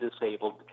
disabled